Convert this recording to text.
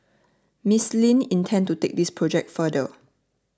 Miss Lin intends to take this project further